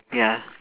ya